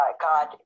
God